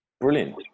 Brilliant